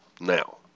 Now